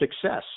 success